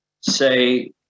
say